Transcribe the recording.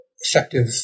effective